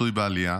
מצוי בעלייה,